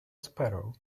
sparrow